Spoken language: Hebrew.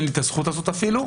אין לי את הזכות הזאת אפילו,